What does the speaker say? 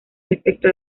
respecto